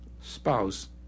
spouse